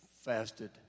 fasted